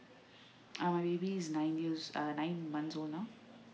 uh my baby is nine years uh nine months old now